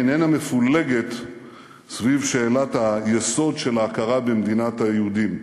אינה מפולגת סביב שאלת היסוד של ההכרה במדינת היהודים.